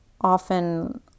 often